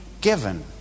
given